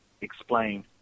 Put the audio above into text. explain